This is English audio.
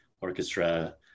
orchestra